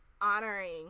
honoring